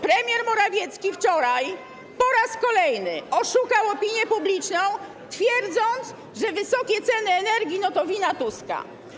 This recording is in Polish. Premier Morawiecki wczoraj po raz kolejny oszukał opinię publiczną, twierdząc, że wysokie ceny energii to wina Tuska.